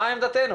מה עמדתנו?